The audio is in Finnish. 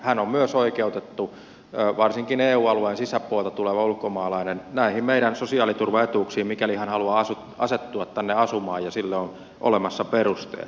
hän on myös oikeutettu varsinkin eu alueen sisäpuolelta tuleva ulkomaalainen näihin meidän sosiaaliturvaetuuksiin mikäli hän haluaa asettua tänne asumaan ja sille on olemassa perusteet